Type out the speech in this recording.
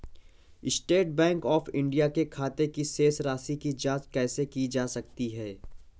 State Bank of India के खाते की शेष राशि की जॉंच कैसे की जा सकती है?